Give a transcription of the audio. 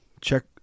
check